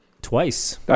twice